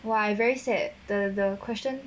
!wah! I very sad the the question